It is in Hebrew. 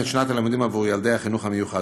את שנת הלימודים עבור ילדי החינוך המיוחד.